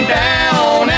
down